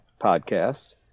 podcast